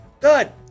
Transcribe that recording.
Good